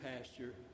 pasture